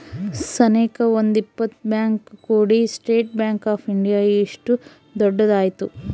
ಸನೇಕ ಒಂದ್ ಇಪ್ಪತ್ ಬ್ಯಾಂಕ್ ಕೂಡಿ ಸ್ಟೇಟ್ ಬ್ಯಾಂಕ್ ಆಫ್ ಇಂಡಿಯಾ ಇಷ್ಟು ದೊಡ್ಡದ ಆಯ್ತು